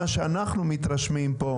מה שאנחנו מתרשמים פה,